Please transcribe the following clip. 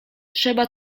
trzeba